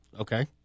Okay